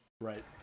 right